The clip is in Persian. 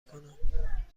کنم